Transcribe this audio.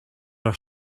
are